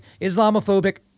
Islamophobic